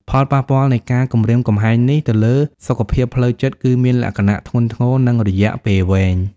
ផលប៉ះពាល់នៃការគំរាមកំហែងនេះទៅលើសុខភាពផ្លូវចិត្តគឺមានលក្ខណៈធ្ងន់ធ្ងរ និងរយៈពេលវែង។